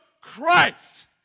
Christ